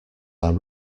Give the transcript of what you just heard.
are